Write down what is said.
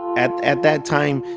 at at that time,